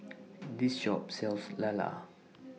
This Shop sells Lala